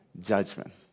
judgment